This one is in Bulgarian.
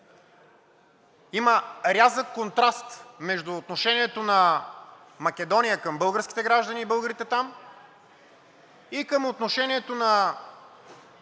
има рязък контраст между отношението на Македония към българските граждани и българите там и към отношението на